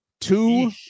Two